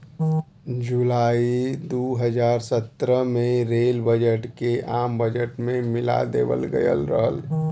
जुलाई दू हज़ार सत्रह में रेल बजट के आम बजट में मिला देवल गयल रहल